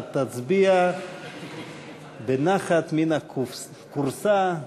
אתה תצביע בנחת מן הכורסה.